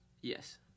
Yes